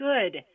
good